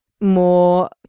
more